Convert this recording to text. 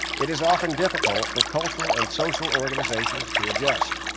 it is often difficult for cultural and social organizations to adjust.